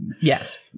yes